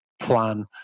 Plan